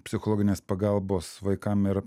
psichologinės pagalbos vaikam ir